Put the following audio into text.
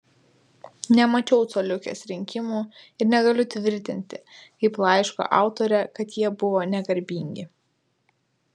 nemačiau coliukės rinkimų ir negaliu tvirtinti kaip laiško autorė kad jie buvo negarbingi